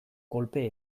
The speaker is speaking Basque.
kolpe